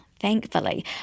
Thankfully